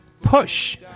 Push